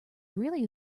really